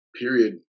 period